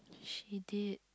she did